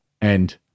and-